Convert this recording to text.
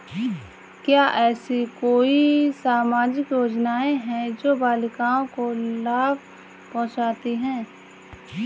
क्या ऐसी कोई सामाजिक योजनाएँ हैं जो बालिकाओं को लाभ पहुँचाती हैं?